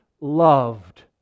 loved